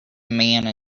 man